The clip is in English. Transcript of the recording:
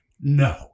No